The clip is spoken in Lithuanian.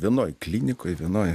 vienoj klinikoj vienoj